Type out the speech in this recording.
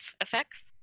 effects